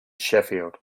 sheffield